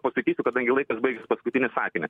pasakysiu kadangi laikas baigiasi paskutinį sakinį